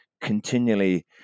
continually